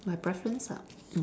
my preference ah